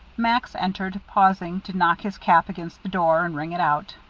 max entered, pausing to knock his cap against the door, and wring it out.